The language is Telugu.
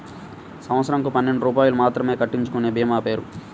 సంవత్సరంకు పన్నెండు రూపాయలు మాత్రమే కట్టించుకొనే భీమా పేరు?